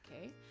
okay